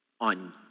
on